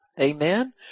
amen